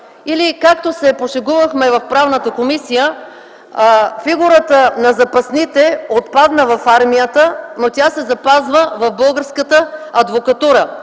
Както се пошегувахме в Правната комисия, фигурата на запасните отпадна в армията, но се запазва в българската адвокатура.